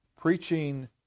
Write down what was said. preaching